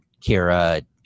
Kira